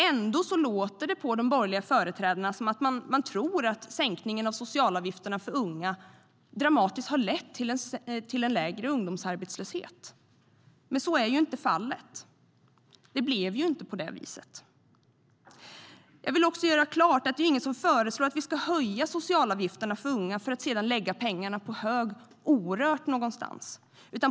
Ändå låter det på de borgerliga företrädarna som att de tror att sänkningen av de sociala avgifterna för unga har lett till en dramatiskt lägre ungdomsarbetslöshet. Så är ju inte fallet. Det blev inte på det viset. Jag vill också göra klart att ingen föreslår att vi ska höja de sociala avgifterna för unga för att sedan lägga pengarna orörda på hög någonstans.